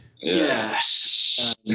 Yes